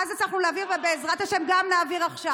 אז הצלחנו להעביר ------- ובעזרת השם גם נעביר עכשיו.